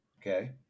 Okay